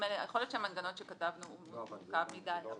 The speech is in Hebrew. שהמנגנון שכתבנו הוא מורכב מדיי.